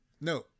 No